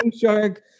Shark